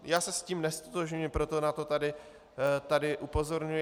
Já se s tím neztotožňuji, proto na to tady upozorňuji.